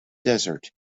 desert